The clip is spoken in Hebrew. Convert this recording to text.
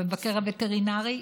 המבקר הווטרינרי,